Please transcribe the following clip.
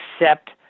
accept